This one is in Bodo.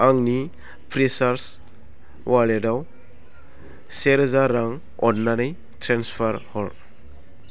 आंनि फ्रिचार्ज अवालेटाव से रोजा रां अननानै ट्रेन्सफार हर